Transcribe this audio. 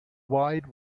wide